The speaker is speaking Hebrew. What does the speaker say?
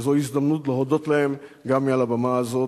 וזוהי הזדמנות להודות להם גם מעל הבמה הזאת.